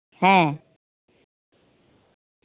ᱦᱮᱸ